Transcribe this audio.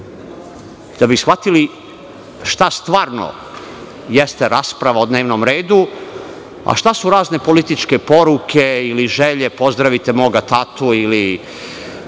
koji su ovde, šta stvarno jeste rasprava o dnevnom redu, a šta su razne političke poruke ili želje: pozdravite moga tatu,